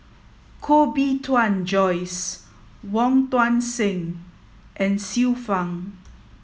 Koh Bee Tuan Joyce Wong Tuang Seng and Xiu Fang